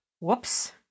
Whoops